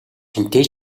хэнтэй